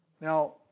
Now